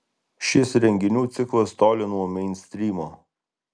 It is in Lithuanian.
šis renginių ciklas toli nuo meinstrymo